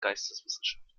geisteswissenschaften